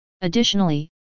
Additionally